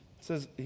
says